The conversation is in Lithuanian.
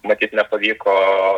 matyt nepavyko